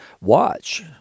watch